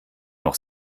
noch